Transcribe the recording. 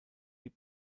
die